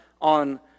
on